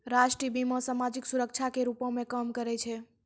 राष्ट्रीय बीमा, समाजिक सुरक्षा के रूपो मे काम करै छै